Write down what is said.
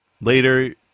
later